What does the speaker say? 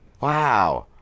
wow